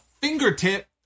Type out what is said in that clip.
fingertip